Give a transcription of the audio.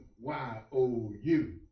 Y-O-U